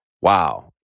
Wow